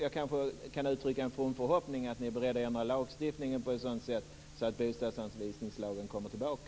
Jag kanske kan uttrycka en from förhoppning om att ni är beredda att ändra lagstiftningen på ett sådant sätt att bostadsanvisningslagen kommer tillbaka.